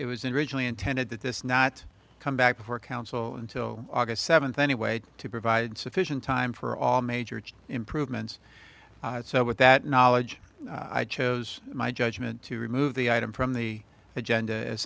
it was in originally intended that this not come back before council until august seventh anyway to provide sufficient time for all major improvements so with that knowledge i chose my judgement to remove the item from the agenda as